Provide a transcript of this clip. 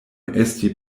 esti